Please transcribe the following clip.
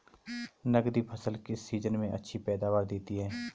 नकदी फसलें किस सीजन में अच्छी पैदावार देतीं हैं?